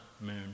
moon